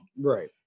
Right